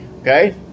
Okay